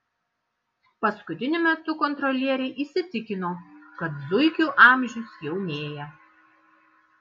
paskutiniu metu kontrolieriai įsitikino kad zuikių amžius jaunėja